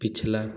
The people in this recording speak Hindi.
पिछला